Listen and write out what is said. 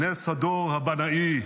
/ נס הדור הבנאי,